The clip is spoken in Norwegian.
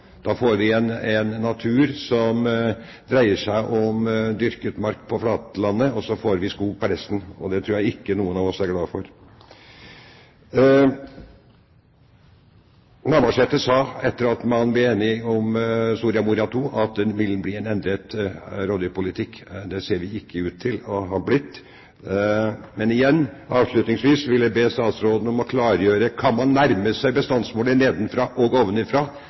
Da får vi en natur som dreier seg om dyrket mark på flatlandet, og så får vi skog på resten. Det tror jeg ikke noen av oss er glad for. Navarsete sa etter at man ble enig om Soria Moria II, at det ville bli en endret rovdyrpolitikk. Det ser det ikke ut til å ha blitt. Avslutningsvis vil jeg be statsråden om å klargjøre om man nærmer seg bestandsmålet nedenfra og ovenfra,